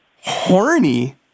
Horny